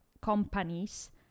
companies